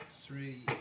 three